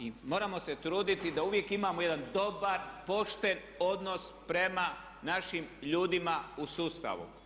I moramo se truditi da uvijek imamo jedan dobar, pošten odnos prema našim ljudima u sustavu.